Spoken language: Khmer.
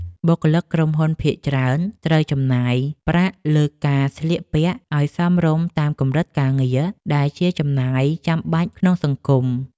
បុគ្គលិកក្រុមហ៊ុនភាគច្រើនត្រូវចំណាយប្រាក់លើការស្លៀកពាក់ឱ្យសមរម្យតាមកម្រិតការងារដែលជាចំណាយចាំបាច់ក្នុងសង្គម។